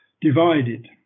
divided